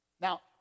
Now